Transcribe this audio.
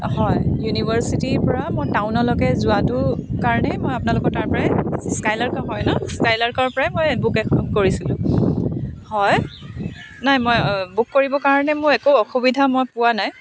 হয় ইউনিভাৰ্চিটিৰ পৰা মই টাউনলৈকে যোৱাটো কাৰণে মই আপোনালোকৰ তাৰ পৰাই স্কাইলাৰ্ক হয় ন স্কাইলাৰ্কৰ পৰাই মই বুক কৰিছিলোঁ হয় নাই মই বুক কৰিব কাৰণে মোৰ একো অসুবিধা মই পোৱা নাই